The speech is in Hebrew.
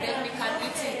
אין הקלות בימים מיוחדים?